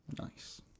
Nice